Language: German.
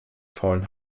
faulen